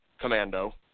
commando